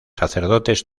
sacerdotes